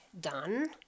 done